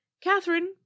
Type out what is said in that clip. Catherine